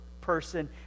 person